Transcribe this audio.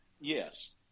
yes